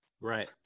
Right